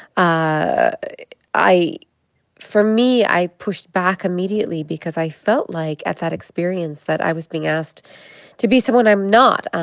i i for me, i pushed back immediately because i felt like, at that experience, that i was being asked to be someone i'm not.